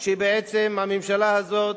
שבעצם הממשלה הזאת,